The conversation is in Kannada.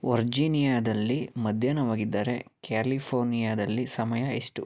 ವರ್ಜೀನಿಯಾದಲ್ಲಿ ಮಧ್ಯಾಹ್ನವಾಗಿದ್ದರೆ ಕ್ಯಾಲಿಫೋರ್ನಿಯಾದಲ್ಲಿ ಸಮಯ ಎಷ್ಟು